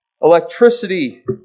electricity